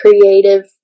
creative